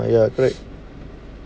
ah ya correct